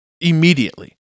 immediately